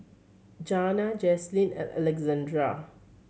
Janna Jaclyn and Alexzander